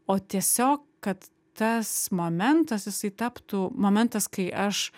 o tiesiog kad tas momentas jisai taptų momentas kai aš